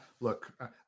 look